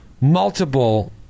multiple